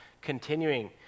continuing